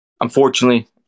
Unfortunately